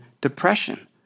depression